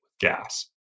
gas